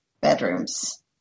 bedrooms